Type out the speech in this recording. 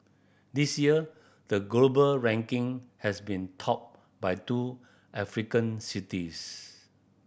this year the global ranking has been topped by two African cities